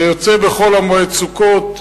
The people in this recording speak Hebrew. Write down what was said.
זה יוצא בחול המועד סוכות.